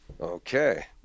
Okay